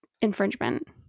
infringement